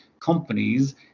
companies